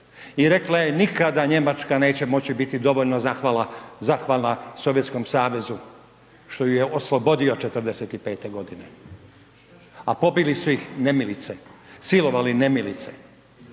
i rekla je nikada Njemačka neće moći biti dovoljno zahvalna Sovjetskom Savezu što ju je oslobodio '45. godine, a pobili su ih nemilice, silovali nemilice.